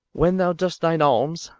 when thou doest thine alms,